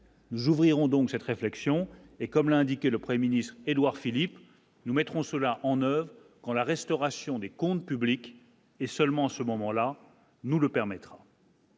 Nous ouvrirons donc cette réflexion et comme l'a indiqué le 1er ministre Édouard Philippe, nous mettrons cela en oeuvre quand la restauration des comptes publics et seulement à ce moment-là, nous le permettra.